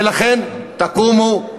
ולכן תקומו,